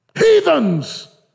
Heathens